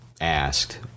asked